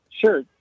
sure